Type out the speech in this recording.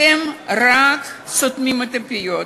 אתם רק סותמים פיות.